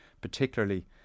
particularly